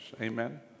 Amen